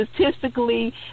Statistically